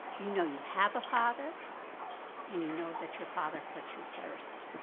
you know you have a father and you know that your father puts you first.